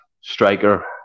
striker